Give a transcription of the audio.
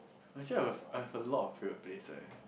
myself have I have a lot of favourite place eh